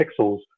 pixels